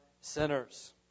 sinners